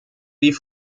wie